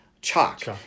chalk